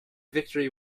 victory